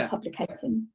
publication?